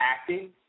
acting